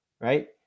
right